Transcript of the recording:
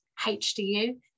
HDU